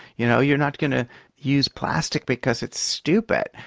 you know you're not going to use plastic because it's stupid,